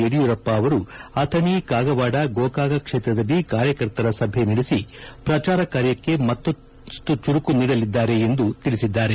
ಯಡಿಯೂರಪ್ಪ ಅವರು ಅಥಣೆ ಕಾಗವಾದ ಗೋಕಾಕ ಕ್ಷೇತ್ರದಲ್ಲಿ ಕಾರ್ಯಕರ್ತರ ಸಭೆ ನಡೆಸಿ ಪ್ರಚಾರ ಕಾರ್ಯಕ್ಕೆ ಮತ್ತಷ್ಟು ಚುರುಕು ನೀಡಲಿದ್ದಾರೆ ಎಂದು ಅವರು ತಿಳಿಸಿದ್ದಾರೆ